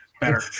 better